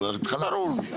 התחלפנו.